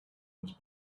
was